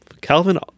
Calvin